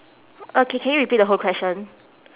okay can you repeat the whole question